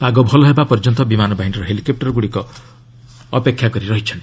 ପାଗ ଭଲ ହେବା ପର୍ଯ୍ୟନ୍ତ ବିମାନ ବାହିନୀର ହେଲିକପୁରଗୁଡ଼ିକ ଅପେକ୍ଷା କରି ରହିଛନ୍ତି